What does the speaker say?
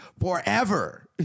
Forever